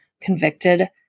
convicted